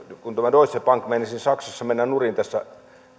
kun tämä deutsche bank meinasi saksassa mennä nurin tässä